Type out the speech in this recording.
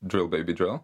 drill baby drill